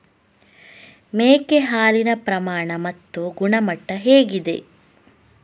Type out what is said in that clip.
ಮೇಕೆ ಹಾಲಿನ ಪ್ರಮಾಣ ಮತ್ತು ಗುಣಮಟ್ಟ ಹೇಗಿದೆ?